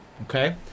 Okay